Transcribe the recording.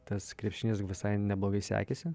tas krepšinis visai neblogai sekėsi